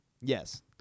Yes